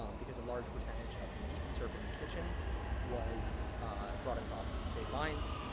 um because a large percentage of the meat served in the kitchen was brought across state lines,